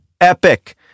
epic